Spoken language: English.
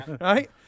Right